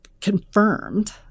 confirmed